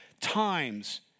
times